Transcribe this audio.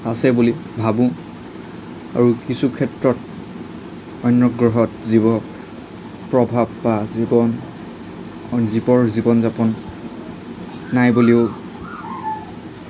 আছে বুলি ভাবোঁ আৰু কিছু ক্ষেত্ৰত অন্য গ্ৰহত জীৱ প্ৰভাৱ বা জীৱন জীৱৰ জীৱন যাপন নাই বুলিও ভাবোঁ